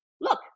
Look